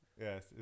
yes